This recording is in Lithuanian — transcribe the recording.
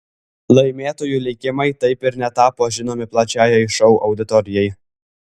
laimėtojų likimai taip ir netapo žinomi plačiajai šou auditorijai